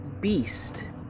beast